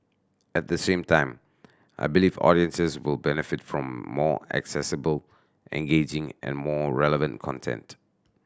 at the same time I believe audiences will benefit from more accessible engaging and more relevant content